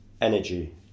energy